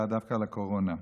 אלא דווקא על הקורונה.